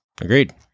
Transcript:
Agreed